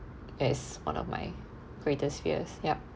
as one of my greatest fears yup